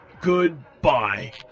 Goodbye